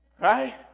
Right